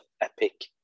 epic